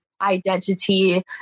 identity